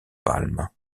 palm